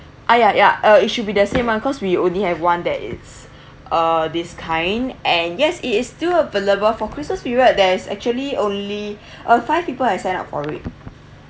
ah ya ya uh it should be the same [one] cause we only have one that is uh this kind and yes it is still available for christmas period there's actually only uh five people have signed up for it